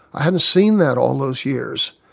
i hadn't seen that all those years,